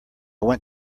went